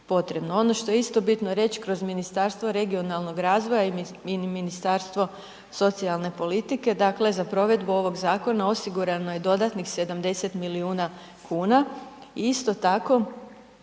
Ono što je isto bitno reći kroz Ministarstvo regionalnog razvoja i Ministarstvo socijalne politike, dakle za provedbu ovog zakona osigurano je dodatnih 70 milijuna kuna, isto tako